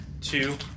two